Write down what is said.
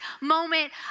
moment